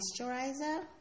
moisturizer